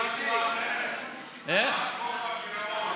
שהורים מוסיפים עוד כסף ועוד כסף ועוד כסף,